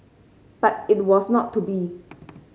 but it was not to be